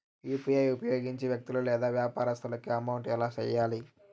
UPI ఉపయోగించి వ్యక్తులకు లేదా వ్యాపారస్తులకు అమౌంట్ ఎలా వెయ్యాలి